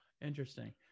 Interesting